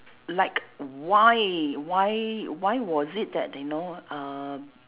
like why why why was it that they know uh